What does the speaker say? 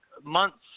months